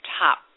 top